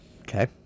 Okay